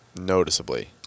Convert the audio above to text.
Noticeably